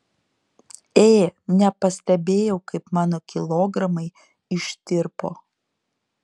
ė nepastebėjau kaip mano kilogramai ištirpo